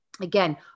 Again